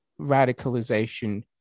Radicalization